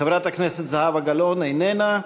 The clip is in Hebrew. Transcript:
חברת הכנסת זהבה גלאון, איננה.